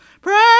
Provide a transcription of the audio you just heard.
Pray